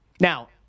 Now